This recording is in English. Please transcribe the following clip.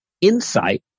insight